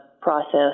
process